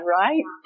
right